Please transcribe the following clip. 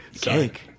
cake